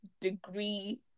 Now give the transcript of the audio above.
degree